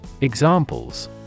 Examples